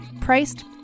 priced